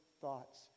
thoughts